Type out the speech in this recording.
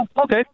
okay